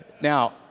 Now